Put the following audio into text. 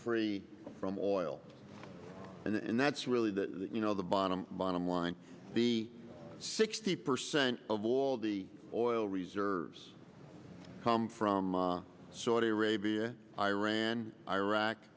free from oil and that's really the you know the bottom bottom line the sixty percent of all the oil reserves come from saudi arabia iran iraq